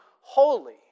holy